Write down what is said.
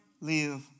live